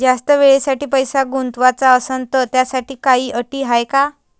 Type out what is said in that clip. जास्त वेळेसाठी पैसा गुंतवाचा असनं त त्याच्यासाठी काही अटी हाय?